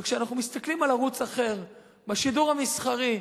וכשאנחנו מסתכלים על ערוץ אחר בשידור המסחרי,